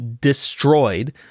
destroyed